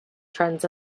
trends